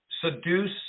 seduce